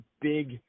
big